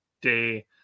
day